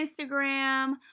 Instagram